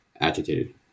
agitated